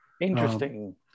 Interesting